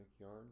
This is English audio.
yarn